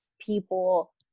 people